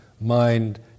mind